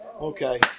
Okay